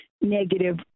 negative